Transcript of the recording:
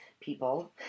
people